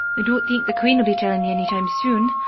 i don't think the queen'll be tellin' ya anytime soon,